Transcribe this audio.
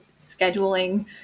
scheduling